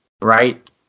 Right